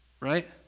Right